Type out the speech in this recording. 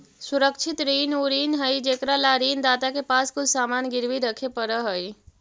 सुरक्षित ऋण उ ऋण हइ जेकरा ला ऋण दाता के पास कुछ सामान गिरवी रखे पड़ऽ हइ